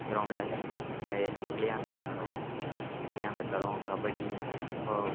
க்ரௌண்ட்டில் இந்த கிளியாந்தட்டுன்னு விளாடுவோம் கிளியாந்தட்டு விளையாடுவோம் கபடி கொக்கோ